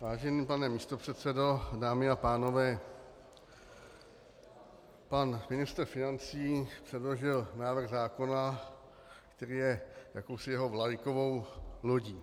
Vážený pane místopředsedo, dámy a pánové, pan ministr financí předložil návrh zákona, který je jakousi jeho vlajkovou lodí.